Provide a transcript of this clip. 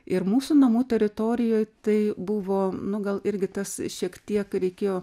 ir mūsų namų teritorijoj tai buvo nu gal irgi tas šiek tiek reikėjo